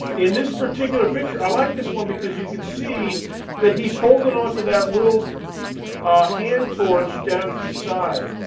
in this particular picture, i like this one because you can see that he's holding on to that little hand torch down to the side.